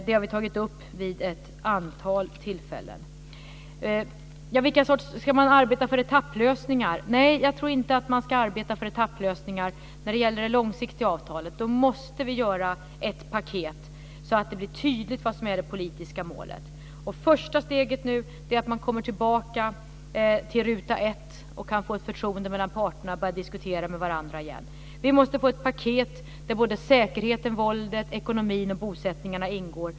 Det har vi tagit upp vid ett antal tillfällen. Ska man arbeta för etapplösningar? Nej, jag tror inte att man ska arbeta för etapplösningar när det gäller det långsiktiga avtalet. Då måste vi göra ett paket så att det blir tydligt vad som är det politiska målet. Första steget nu är att man kommer tillbaka till ruta ett och kan få ett förtroende mellan parterna och börja diskutera med varandra igen. Vi måste få ett paket där säkerheten, våldet, ekonomin och bosättningarna ingår.